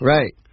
Right